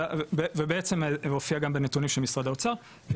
ובעצם הופיע גם בנתונים של משרד האוצר,